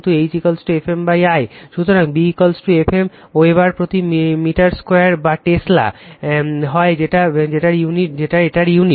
সুতরাং B Fm l weber প্রতি metre 2 বা টেসলা হয় এটা বা এটা ইউনিট